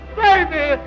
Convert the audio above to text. baby